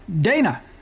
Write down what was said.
Dana